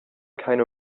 keine